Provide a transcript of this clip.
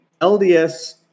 LDS